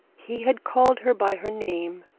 he had called her by her name,